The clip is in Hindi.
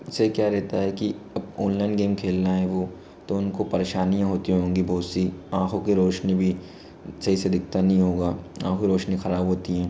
इससे क्या रहता है कि ऑनलाइन गेम खेलना है वो तो उनको परेशानियाँ होती होंगी बहुत सी आँखों की रोशनी भी सही से दिखता नहीं होगा आँखो रोशनी खराब होती हैं